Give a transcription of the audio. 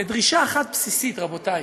בדרישה אחת בסיסית, רבותיי: